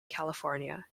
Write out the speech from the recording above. california